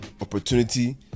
opportunity